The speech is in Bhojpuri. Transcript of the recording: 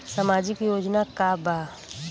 सामाजिक योजना का बा?